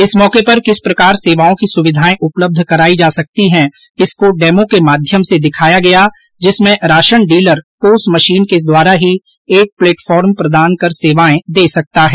इस मौके पर किस प्रकार सेवाओं की सुविधायं उपलब्य कराई जा सकती हैं को डेमो के माध्यम से दिखाया गया जिसमें राशन डीलर पोस मशीन के द्वारा ही एक प्लेटफॉर्म प्रदान कर सेवाएं दे सकता है